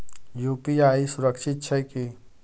UPI सुरक्षित छै की?